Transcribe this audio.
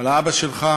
על האבא שלך,